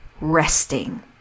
resting